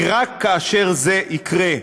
כי רק כאשר זה יקרה,